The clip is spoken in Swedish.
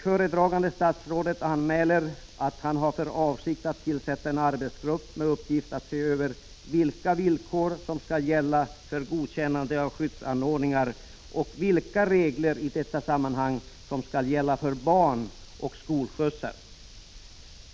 Föredragande statsrådet anmäler att han har för avsikt att tillsätta en arbetsgrupp med uppgift att se över vilka villkor som skall gälla för godkännande av skyddsanordningar och vilka regler i detta sammanhang som skall gälla för barn och skolskjutsar.